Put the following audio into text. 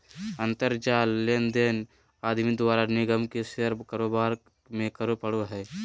अंतर जाल लेनदेन आदमी द्वारा निगम के शेयर कारोबार में करे पड़ो हइ